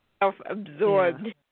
Self-absorbed